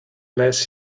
less